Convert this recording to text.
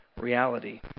reality